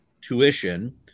tuition